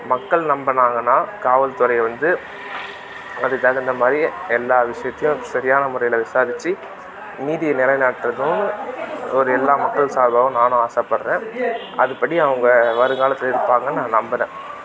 மக்கள் நம்பினாங்கன்னா காவல்துறை வந்து அதுக்கு தகுந்த மாதிரி எல்லா விஷயத்தையும் சரியான முறையில் விசாரித்து நீதியை நிலை நாட்டுறதும் ஒரு எல்லா மக்கள் சார்பாகவும் நானும் ஆசைப்பட்றேன் அதுப்படி அவங்க வருங்காலத்தில் இருப்பாங்கன்னு நான் நம்புகிறேன்